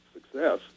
success